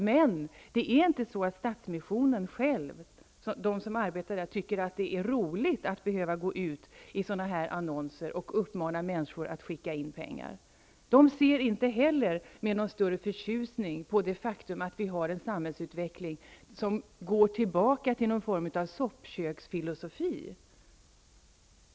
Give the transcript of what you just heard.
Men det är inte så att de som arbetar inom Stadsmissionen själva tycker att det är roligt att behöva gå ut med sådana här annonser och uppmana människor att skicka in pengar. De ser inte heller med någon större förtjusning på det faktum att vi har en samhällsutveckling som går tillbaka till någon form av soppköksfilosofi.